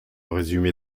résumé